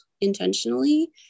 intentionally